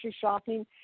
shopping